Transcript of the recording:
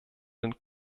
den